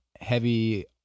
heavy